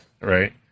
Right